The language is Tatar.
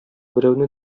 берәүне